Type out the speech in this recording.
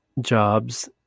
jobs